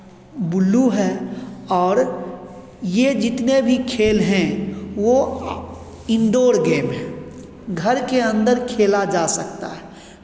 blue है और ये जितने भी खेल हैं वो इंडोर गेम है घर के अन्दर खेला जा सकता है